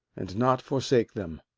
and not forsake them.